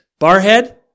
Barhead